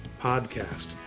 podcast